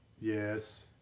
Yes